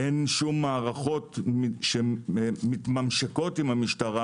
אין שום מערכות שמתממשקות עם המשטרה